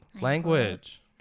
language